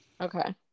Okay